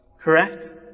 Correct